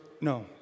No